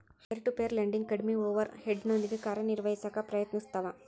peer to peer lending ಕಡ್ಮಿ ಓವರ್ ಹೆಡ್ನೊಂದಿಗಿ ಕಾರ್ಯನಿರ್ವಹಿಸಕ ಪ್ರಯತ್ನಿಸ್ತವ